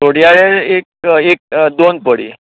धोडयारे एक एक दोन पडी